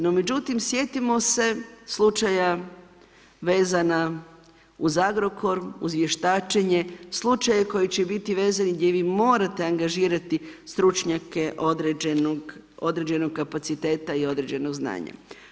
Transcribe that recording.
No međutim, sjetimo se slučaja vezana uz Agrokor, uz vještačenje, slučaja koji će biti vezan i gdje vi morate angažirati stručnjake određenog kapaciteta i određeno znanje.